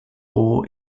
war